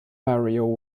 mario